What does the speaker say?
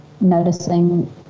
noticing